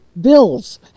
bills